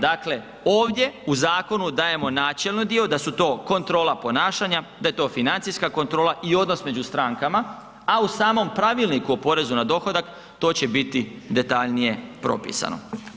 Dakle, ovdje u zakonu dajemo načelni dio, da tu to kontrola ponašanja, da je to financijska kontrola i odnos među strankama, a u samom Pravilniku o poreznu na dohodak, to će bit detaljnije propisano.